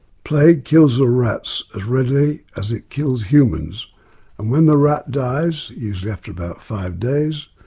plague kills the rats as readily as it kills humans and when the rat dies, usually after about five days,